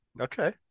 Okay